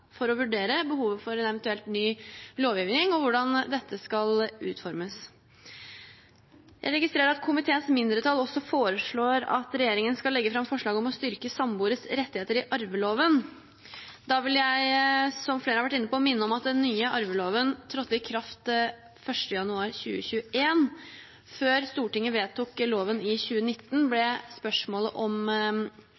for å vurdere behovet for en eventuell ny lovgivning og hvordan denne skal utformes. Jeg registrerer at komiteens mindretall også foreslår at regjeringen skal legge fram forslag om å styrke samboeres rettigheter i arveloven. Da vil jeg, som flere har vært inne på, minne om at den nye arveloven trådte i kraft 1. januar 2021. Før Stortinget vedtok loven i 2019, ble